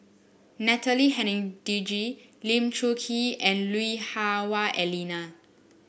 Natalie Hennedige Lee Choon Kee and Lui Hah Wah Elena